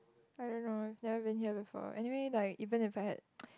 I don't know never been here before anyway like even if I had